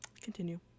continue